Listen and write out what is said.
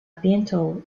bientôt